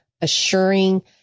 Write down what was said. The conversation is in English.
assuring